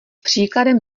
příkladem